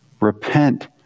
repent